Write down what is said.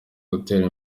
gutera